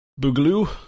Boogaloo